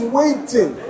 waiting